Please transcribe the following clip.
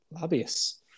lobbyists